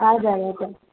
हजुर हजुर